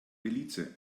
belize